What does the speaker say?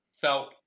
felt